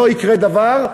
לא יקרה דבר.